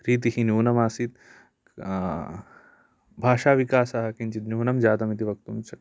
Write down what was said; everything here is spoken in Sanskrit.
रीतिः न्यूनमासीत् भाषाविकासः किञ्चित् न्यूनं जातमिति वक्तुं शक्नुमः